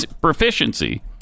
proficiency